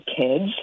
kids